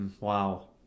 Wow